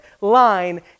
line